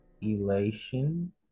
elation